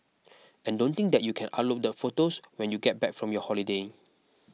and don't think that you can upload the photos when you get back from your holiday